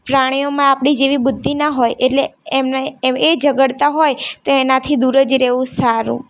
પ્રાણીઓમાં આપણી જેવી બુદ્ધિ ના હોય એટલે એમને એ ઝઘડતાં હોય તો એનાથી દૂર જ રહેવું સારું